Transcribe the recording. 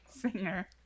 singer